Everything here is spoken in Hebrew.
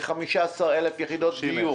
כ-15,000 יחידות דיור.